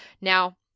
Now